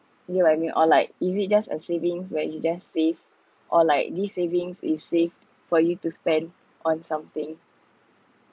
you get what I mean or like is it just a savings where you just save or like this savings is safe for you to spend on something